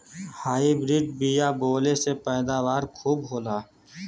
hybrid बिया बोवले से पैदावार खूब होला